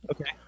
Okay